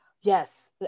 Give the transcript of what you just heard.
yes